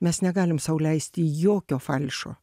mes negalim sau leisti jokio falšo